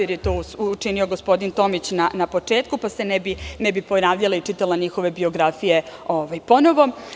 To je učinio gospodin Tomić na početku, pa se ne bih ponavljala i čitala njihove biografije ponovo.